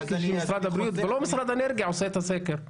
שזה משרד הבריאות ולא משרד האנרגיה עושה את הסקר.